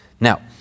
Now